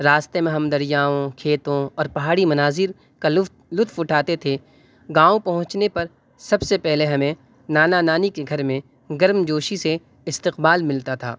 راستے میں ہم دریاؤں كھیتوں اور پہاڑی مناظر كا لطف اٹھاتے تھے گاؤں پہنچنے پر سب سے پہلے ہمیں نانا نانی کے گھر میں گرم جوشی سے استقبال ملتا تھا